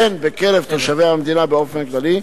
הן בקרב תושבי המדינה באופן כללי,